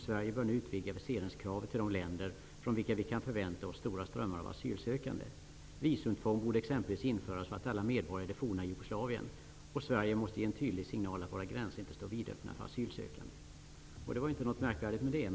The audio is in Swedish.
Sverige bör nu utvidga viseringskravet till de länder från vilka vi kan förvänta oss stora strömmar av asylsökande. Visumtvång borde exempelvis införas för alla medborgare i det forna Jugoslavien. Sverige måste ge en tydlig signal att våra gränser inte står vidöppna för asylsökande.'' Det är inte något märkvärdigt med detta.